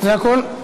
זה הכול?